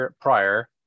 prior